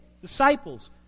disciples